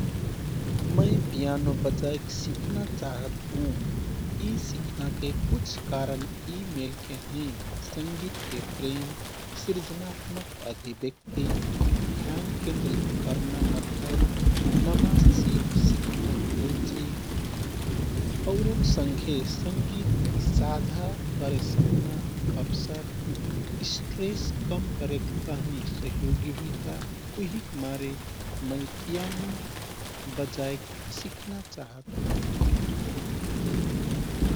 मै piano बजाइक सिख्ना चाहत हुँ। यी सीख्नाके कुछ कारण यि मेलके हैः संगीतके प्रेम, सृजनात्मक अभिव्यक्ति, ध्यानकेन्द्रित कर्ना मद्दत, नमा सिप सिख्ना रूची, औरेनसँघे संगित साझा करे सकना अवसर, स्ट्रेस कम करेक तहनि सहयोगि हुइता । उहिक मारे मै पियानो बजाइक सिख्ना चाहत हुँ।